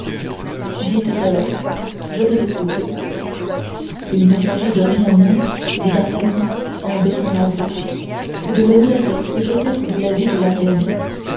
alors je vous écoute il ne s'agit de rien de moins dit d'artagnan en baissant la voix que de l'honneur et peut-être de la vie de la reine